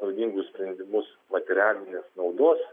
naudingus sprendimus materialinės naudos